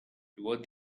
toward